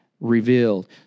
revealed